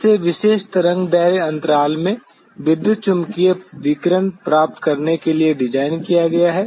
इसे विशिष्ट तरंग दैर्ध्य अंतराल में विद्युत चुम्बकीय विकिरण प्राप्त करने के लिए डिज़ाइन किया गया है